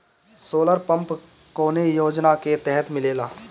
Solar pump कौने योजना के तहत मिलेला?